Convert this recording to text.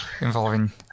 involving